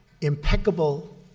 impeccable